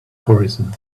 horizon